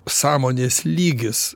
sąmonės lygis